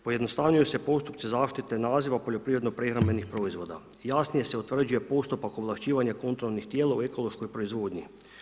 Pojednostavnjuju se postupci zaštite naziva poljoprivredno prehrambenih proizvoda, jasnije se utvrđuje postupak ovlašćivanja kontrolnih tijela u ekološkoj proizvodnji.